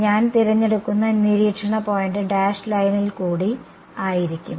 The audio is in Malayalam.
ഞാൻ തിരഞ്ഞെടുക്കുന്ന നിരീക്ഷണ പോയിന്റ് ഡാഷ് ലൈനിൽ കൂടി ആയിരിക്കും